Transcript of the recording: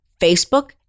Facebook